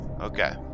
Okay